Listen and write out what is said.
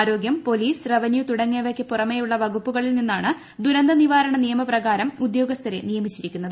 ആരോഗ്യം police revenue തുടങ്ങിയവയ്ക്ക് പുറമെയിുള്ള വകുപ്പുകളിൽ നിന്നാണ് ദുരന്തനിവാരണ നിയമപ്രകാരം ഉദ്യോഗസ്ഥരെ നിയമിച്ചിരിക്കുന്നത്